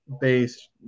based